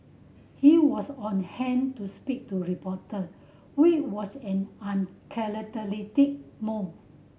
he was on hand to speak to reporter which was an uncharacteristic move